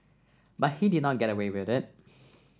but he did not get away with it